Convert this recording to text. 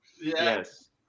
Yes